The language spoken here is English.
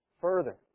Further